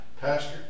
Pastor